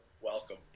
welcome